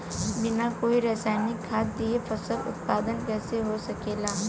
बिना कोई रसायनिक खाद दिए फसल उत्पादन कइसे हो सकेला?